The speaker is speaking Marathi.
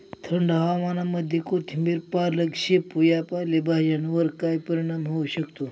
थंड हवामानामध्ये कोथिंबिर, पालक, शेपू या पालेभाज्यांवर काय परिणाम होऊ शकतो?